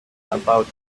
about